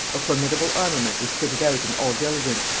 a formidable armament was fitted out in all diligence,